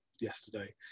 yesterday